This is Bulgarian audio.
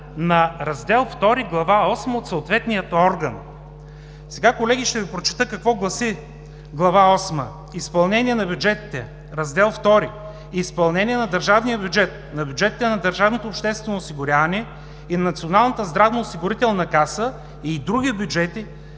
на Раздел II, Глава осма от съответния орган“. Сега, колеги, ще Ви прочета какво гласи Глава осма: „Изпълнение на бюджетите. Раздел втори. Изпълнение на държавния бюджет, на бюджета на Държавното обществено осигуряване и Националната здравно-осигурителна каса и други бюджети,